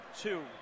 two